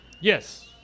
Yes